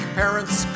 parents